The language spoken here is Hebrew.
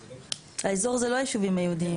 האזור זה לא היישובים היהודים.